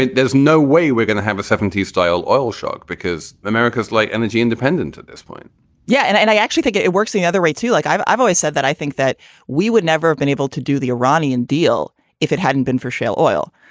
there's no way we're going to have a seventy s style oil shock because america's like energy independent to this point yeah, and and i actually think it it works the other way, too. like i've i've always said that i think that we would never have been able to do the iranian deal if it hadn't been for shale oil.